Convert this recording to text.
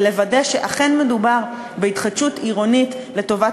ולוודא שאכן מדובר בהתחדשות עירונית לטובת